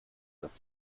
dass